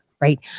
Right